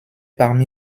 parmi